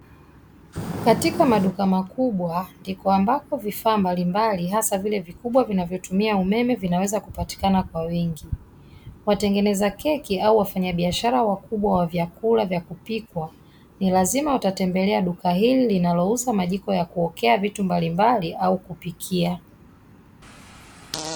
Katika maduka makubwa ndipo ambapo vifaa mbalimbali hasa vile vikubwa vinavyotumia umeme vinaweza kupatikana kwa wingi. Watengenezea keki au wafanyabiashara wakubwa wa vyakula vya kupikwa ni lazima watatembelea duka hili linalouza majiko ya kuokea vitu mbalimbali au kupikia.